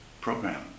program